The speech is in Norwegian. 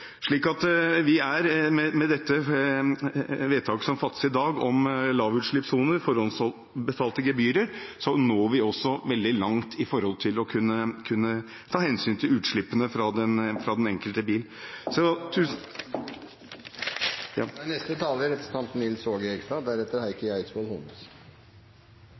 Med dette vedtaket som fattes i dag om lavutslippssoner, forhåndsbetalte gebyrer, når vi også veldig langt med tanke på å kunne ta hensyn til utslippene fra den enkelte bil. Det er mange sider ved denne saken som man kunne kommentere. Ett poeng som ikke er